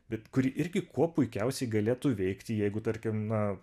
bet kuri irgi kuo puikiausiai galėtų veikti jeigu tarkim na